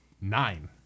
Nine